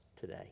today